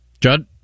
Judd